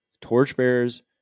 Torchbearers